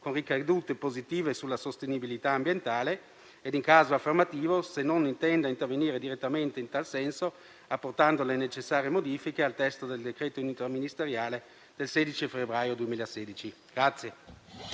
con ricadute positive sulla sostenibilità ambientale e, in caso affermativo, se non intenda intervenire direttamente in tal senso apportando le necessarie modifiche al testo del decreto interministeriale del 16 febbraio 2016.